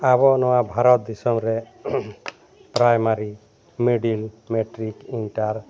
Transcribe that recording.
ᱟᱵᱚ ᱱᱚᱣᱟ ᱵᱷᱟᱨᱚᱛ ᱫᱤᱥᱚᱢ ᱨᱮ ᱯᱨᱟᱭᱢᱟᱨᱤ ᱢᱤᱰᱤᱞ ᱢᱮᱴᱨᱤᱠ ᱤᱱᱴᱟᱨ